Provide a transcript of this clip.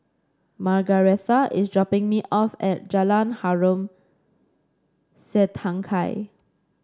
Margaretha is dropping me off at Jalan Harom Setangkai